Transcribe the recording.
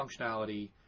functionality